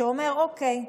שאומר: אוקיי,